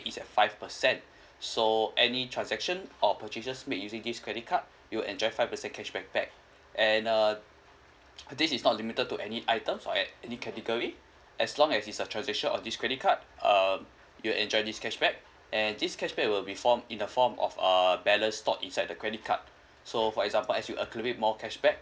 is at five percent so any transaction or purchases made using this credit card you'll enjoy five percent cashback back and uh this is not limited to any items or at any category as long as it's a transaction on this credit card uh you'll enjoy this cashback and this cashback will be form in the form of uh balance stored inside the credit card so for example as you accumulate more cashback